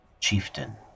chieftain